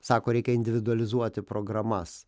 sako reikia individualizuoti programas